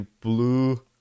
blue